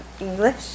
English